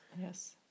Yes